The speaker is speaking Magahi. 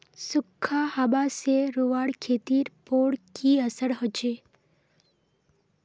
सुखखा हाबा से रूआँर खेतीर पोर की असर होचए?